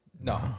No